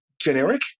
generic